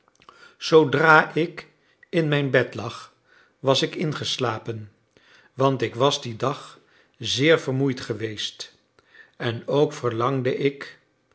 zoodra ik in mijn bed lag was ik ingeslapen want ik was dien dag zeer vermoeid geweest en ook verlangde ik